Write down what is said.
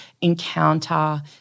encounter